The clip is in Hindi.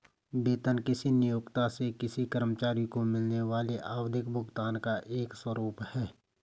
वेतन किसी नियोक्ता से किसी कर्मचारी को मिलने वाले आवधिक भुगतान का एक स्वरूप है